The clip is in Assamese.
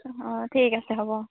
অঁ ঠিক আছে হ'ব